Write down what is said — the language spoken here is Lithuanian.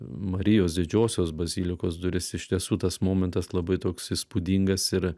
marijos didžiosios bazilikos duris iš tiesų tas momentas labai toks įspūdingas ir